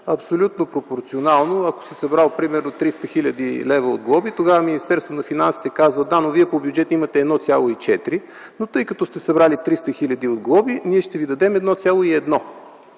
абсолютно пропорционално, ако си събрал 300 хил. лв. от глоби, тогава Министерство на финансите казва: да, вие по бюджет имате 1,4, но тъй като сте събрали 300 хиляди от глоби, ние ще ви дадем 1,1.